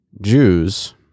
Jews